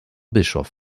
bischof